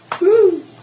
Woo